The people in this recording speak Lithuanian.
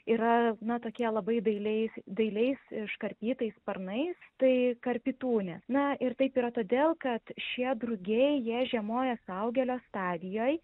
yra na tokie labai dailiais dailiais iškarpytais sparnais tai karpytūnės na ir taip yra todėl kad šie drugiai jie žiemoja suaugėlio stadijoj